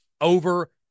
over